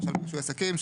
למשל רישוי עסקים,